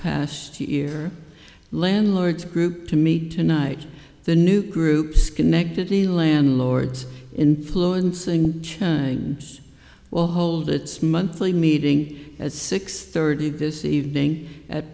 past year landlords group to me tonight the new group schenectady landlords influencing and well hold its monthly meeting at six thirty this evening at